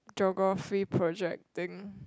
geography project thing